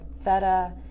feta